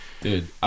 Dude